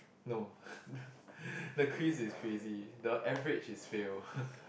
no the quiz is crazy the average is fail